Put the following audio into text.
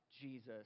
Jesus